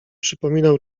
przypominał